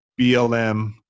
BLM